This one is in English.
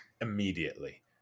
immediately